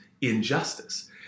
injustice